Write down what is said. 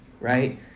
right